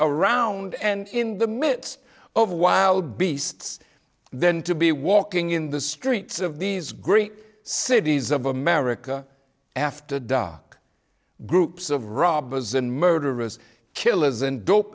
around and in the midst of wild beasts then to be walking in the streets of these great cities of america after dark groups of robbers and murderers killers and